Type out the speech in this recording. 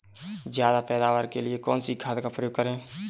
ज्यादा पैदावार के लिए कौन सी खाद का प्रयोग करें?